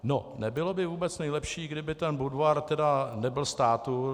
No nebylo by vůbec nejlepší, kdyby ten Budvar tedy nebyl státní?